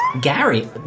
Gary